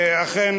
אכן,